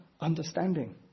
understanding